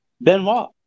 Benoit